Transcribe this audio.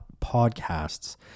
podcasts